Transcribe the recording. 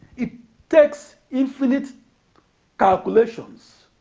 it takes infinite calculations